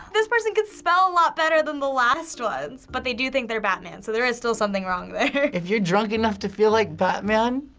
this person can spell a lot better than the last ones, but they do think they're batman, so there is still something wrong there. if you're drunk enough to feel like batman,